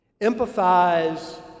Empathize